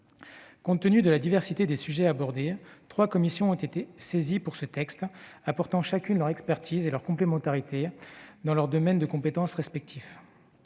Compte tenu de la diversité des sujets abordés, trois commissions ont été saisies de ce texte, chacune apportant son expertise et sa complémentarité dans ses domaines de compétence respectifs.